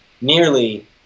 nearly